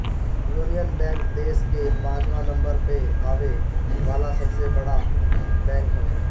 union Bank देस कअ पाचवा नंबर पअ आवे वाला सबसे बड़ बैंक हवे